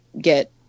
get